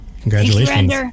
Congratulations